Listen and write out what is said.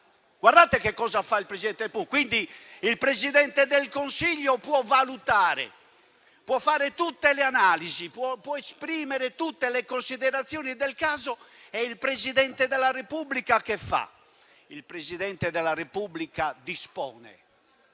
Il Presidente del Consiglio può valutare, può fare tutte le analisi, esprimere tutte le considerazioni del caso e il Presidente della Repubblica cosa fa? Il Presidente della Repubblica dispone.